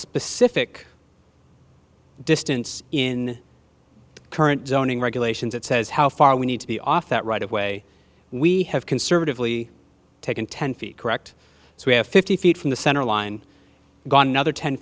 specific distance in current zoning regulations that says how far we need to be off that right away we have conservatively taken ten feet correct so we have fifty feet from the center line gone another ten